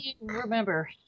remember